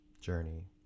journey